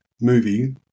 movie